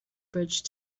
bridge